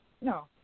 No